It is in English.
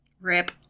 Rip